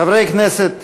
חברי הכנסת,